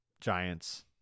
Giants